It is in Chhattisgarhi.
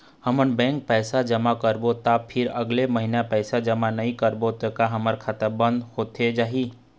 हमन बैंक पैसा जमा करबो ता फिर अगले महीना पैसा जमा नई करबो ता का हमर खाता बंद होथे जाही?